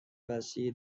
وسیعی